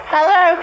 Hello